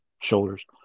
shoulders